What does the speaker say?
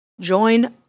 Join